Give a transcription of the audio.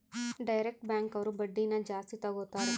direct bank ಅವ್ರು ಬಡ್ಡಿನ ಜಾಸ್ತಿ ತಗೋತಾರೆ